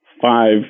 five